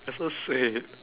that's so sweet